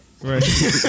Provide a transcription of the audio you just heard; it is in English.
Right